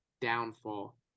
downfall